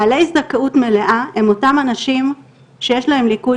בעלי זכאות מלאה הם אותם אנשים שיש להם ליקוי